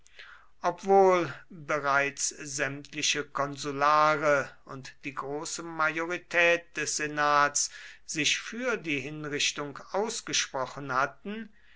obwohl bereits sämtliche konsulare und die große majorität des senats sich für die hinrichtung ausgesprochen hatten